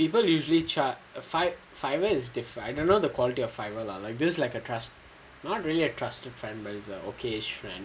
people usually charge fibre is different remember the quality of fibre lah it feels like a trust not really a trusted friend but he's a occasion friend